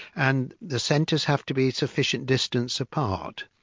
and the centres have to be sufficient distance apart,